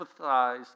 empathize